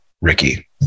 Ricky